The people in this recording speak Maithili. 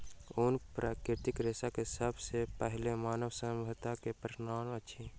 ऊन प्राकृतिक रेशा के सब सॅ पहिल मानव सभ्यता के प्रमाण अछि